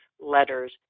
letters